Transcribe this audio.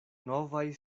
novaj